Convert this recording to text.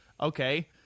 Okay